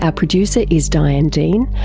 ah producer is diane dean.